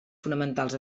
fonamentals